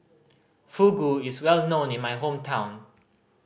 fugu is well known in my hometown